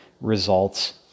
results